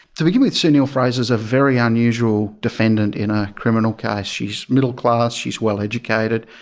to begin with, sue neill-fraser is a very unusual defendant in a criminal case. she's middle class, she's well educated,